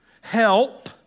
Help